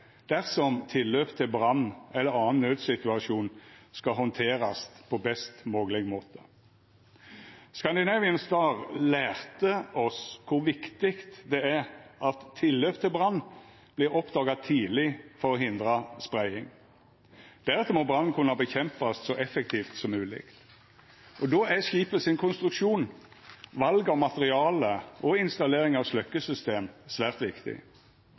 dersom tillaup til brann eller annan naudsituasjon skal handterast på best mogleg måte. «Scandinavian Star» lærte oss kor viktig det er at tillaup til brann vert oppdaga tidleg for å hindra spreiing. Deretter må brannen kunna verta kjempa ned så effektivt som mogleg. Då er skipet sin konstruksjon, val av materiale og installering av sløkkesystem svært viktig.